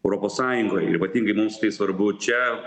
europos sąjungoj ir ypatingai tai svarbu čia